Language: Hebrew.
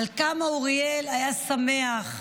על כמה אוריאל היה שמח,